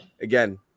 again